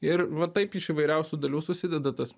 ir va taip iš įvairiausių dalių susideda tas